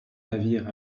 navire